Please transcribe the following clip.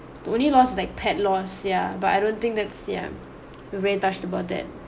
the only lost like pet lost ya but I don't think that's ya we already touched about that